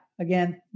again